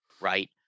Right